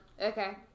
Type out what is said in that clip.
Okay